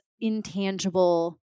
intangible